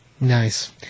Nice